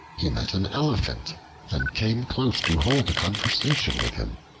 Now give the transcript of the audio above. he met an elephant and came close to hold a conversation with him.